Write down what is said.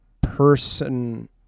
person